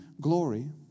glory